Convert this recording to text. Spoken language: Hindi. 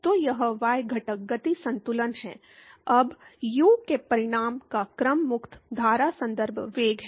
तो यह y घटक गति संतुलन है अब u के परिमाण का क्रम मुक्त धारा संदर्भ वेग है